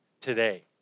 today